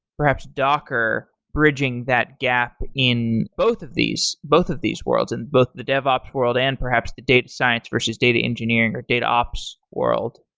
perhaps, docker bridging that gap in both of these, both of these worlds, and both the devops world and, perhaps, the data science versus data engineering, or data ops world.